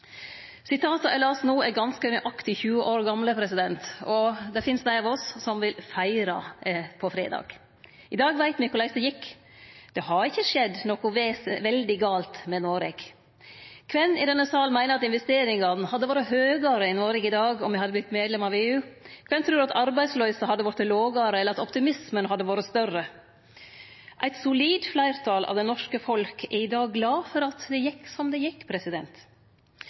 eg las no, er ganske nøyaktig 20 år gamle, og det finst dei av oss som vil feire på fredag. I dag veit me korleis det gjekk. Det har ikkje skjedd noko veldig gale med Noreg. Kven i denne salen meiner at investeringane hadde vore høgare i Noreg i dag om me hadde vorte medlem av EU? Kven trur at arbeidsløysa hadde vorte lågare, eller at optimismen hadde vore større? Eit solid fleirtal av det norske folket er i dag glad for at det gjekk som det